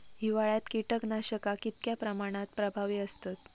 हिवाळ्यात कीटकनाशका कीतक्या प्रमाणात प्रभावी असतत?